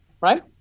right